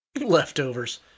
leftovers